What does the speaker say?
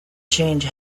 change